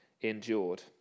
endured